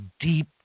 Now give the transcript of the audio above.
deep